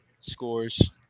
Scores